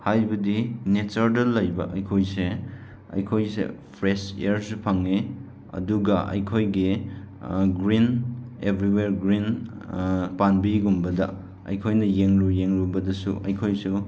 ꯍꯥꯏꯕꯗꯤ ꯅꯦꯆꯔꯗ ꯂꯩꯕ ꯑꯩꯈꯣꯏꯁꯦ ꯑꯩꯈꯣꯏꯁꯦ ꯐ꯭ꯔꯦꯁ ꯏꯌꯔꯁꯨ ꯐꯪꯏ ꯑꯗꯨꯒ ꯑꯩꯈꯣꯏꯒꯤ ꯒ꯭ꯔꯤꯟ ꯑꯦꯕ꯭ꯔꯤꯋꯌꯥꯔ ꯒ꯭ꯔꯤꯟ ꯄꯥꯝꯕꯤꯒꯨꯝꯕꯗ ꯑꯩꯈꯣꯏꯅ ꯌꯦꯡꯂꯨ ꯌꯦꯡꯂꯨꯕꯗꯁꯨ ꯑꯩꯈꯣꯏꯁꯨ